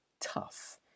tough